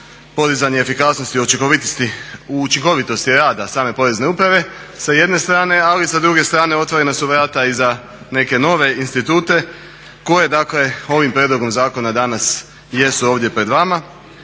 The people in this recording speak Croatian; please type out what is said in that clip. podizanja efikasnosti i učinkovitosti rada same Porezne uprave sa jedne strane, ali sa druge strane otvorena su vrata i za neke nove institute koje dakle ovim prijedlogom zakona danas jesu ovdje pred vama